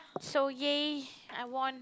so !yay! I won